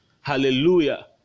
hallelujah